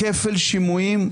כפל שימועים,